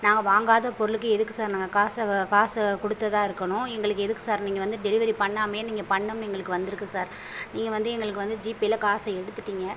நாங்கள் வாங்காத பொருளுக்கு எதுக்கு சார் நாங்கள் காசை காசை கொடுத்ததா இருக்கணும் எங்களுக்கு எதுக்கு சார் நீங்கள் வந்து டெலிவரி பண்ணாமலேயே நீங்கள் பண்ணோம்னு எங்களுக்கு வந்துருக்கு சார் நீங்கள் வந்து எங்களுக்கு வந்து ஜிபேயில் காசை எடுத்துட்டீங்க